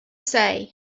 say